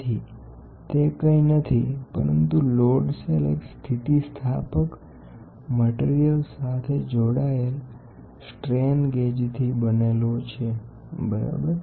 તેથી તે કંઇ નથી પરંતુ લોડ સેલ એક સ્થિતિસ્થાપક પદાર્થ સાથે જોડાયેલ સ્ટ્રેન ગેજથી બનેલો છે બરાબર